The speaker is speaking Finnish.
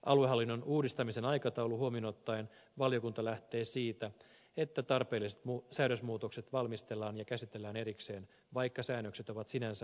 aluehallinnon uudistamisen aikataulu huomioon ottaen valiokunta lähtee siitä että tarpeelliset säädösmuutokset valmistellaan ja käsitellään erikseen vaikka säännökset ovat sinänsä yksinkertaisia